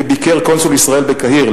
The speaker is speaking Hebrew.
ביקר קונסול ישראל בקהיר,